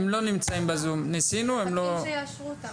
הם מחכים שיאשרו אותם.